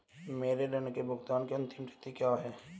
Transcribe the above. मेरे ऋण के भुगतान की अंतिम तिथि क्या है?